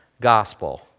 gospel